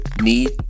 need